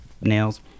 nails